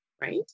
right